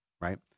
right